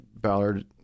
Ballard